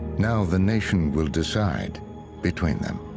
now the nation will decide between them.